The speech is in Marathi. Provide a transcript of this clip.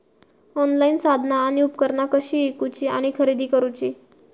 ऑनलाईन साधना आणि उपकरणा कशी ईकूची आणि खरेदी करुची?